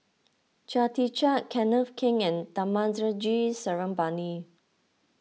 Chia Tee Chiak Kenneth Keng and Thamizhavel G Sarangapani